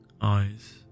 eyes